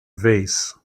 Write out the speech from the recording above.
vase